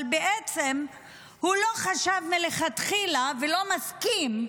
אבל בעצם הוא לא חשב מלכתחילה, והוא לא מסכים,